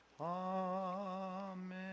Amen